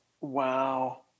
Wow